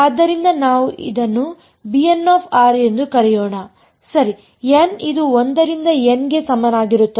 ಆದ್ದರಿಂದ ನಾವು ಅದನ್ನು ಎಂದು ಕರೆಯೋಣ ಸರಿ n ಇದು 1 ರಿಂದ N ಗೆ ಸಮಾನವಾಗಿರುತ್ತದೆ